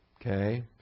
Okay